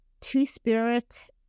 Two-spirit